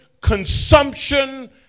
consumption